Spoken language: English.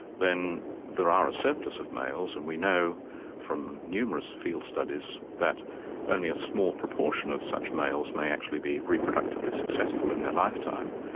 then there are a surplus of males. and we know from numerous field studies that only a small proportion of such males may actually be reproductively successful in their lifetime,